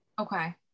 okay